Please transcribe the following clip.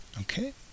okay